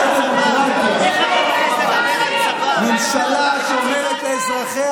אמרת "מי שואל אתכם"